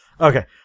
Okay